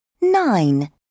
Nine